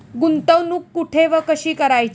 गुंतवणूक कुठे व कशी करायची?